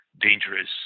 dangerous